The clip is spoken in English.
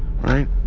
right